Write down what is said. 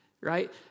right